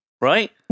right